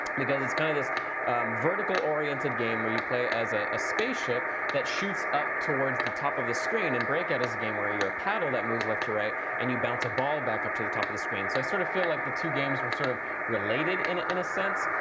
because it's kind of this vertical oriented game where you play as a a spaceship that shoots up towards the top of the screen. and breakout is a game where you're a paddle that moves left to right and you bounce a ball back up to the top of the screen. so i sort of feel like the two games were sort of related in a in a sense.